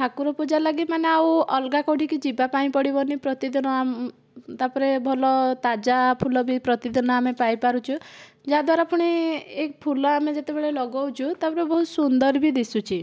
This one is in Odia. ଠାକୁର ପୂଜା ଲାଗି ମାନେ ଆଉ ଅଲଗା କେଉଁଠି କି ଯିବା ପାଇଁ ପଡ଼ିବନି ପ୍ରତିଦିନ ତା'ପରେ ଭଲ ତାଜା ଫୁଲ ବି ପ୍ରତିଦିନ ଆମେ ପାଇ ପାରୁଛୁ ଯାହାଦ୍ୱାରା ପୁଣି ଏହି ଫୁଲ ଆମେ ଯେତେବେଳେ ଲଗାଉଛୁ ତା'ପରେ ବହୁତ ସୁନ୍ଦର ବି ଦିଶୁଛି